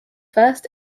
first